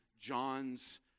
John's